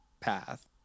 path